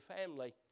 family